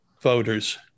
voters